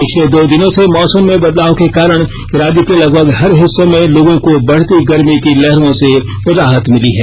पिछले दो दिनों से मौसम में बदलाव के कारण राज्य के लगभग हर हिस्से में लोगों को बढ़ती गर्मी की लहरों से राहत मिली है